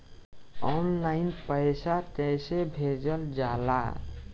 Online पैसा कैसे भेजल जाला?